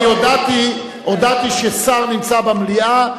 אני הודעתי ששר נמצא במליאה,